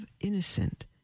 innocent